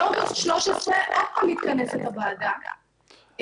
באוגוסט 13' עוד פעם מתכנסת הוועדה,